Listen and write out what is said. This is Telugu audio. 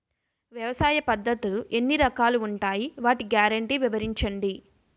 వ్యవసాయ పద్ధతులు ఎన్ని రకాలు ఉంటాయి? వాటి గ్యారంటీ వివరించండి?